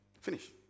Finish